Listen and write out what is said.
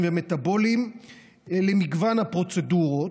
והמטבוליים במגוון הפרוצדורות.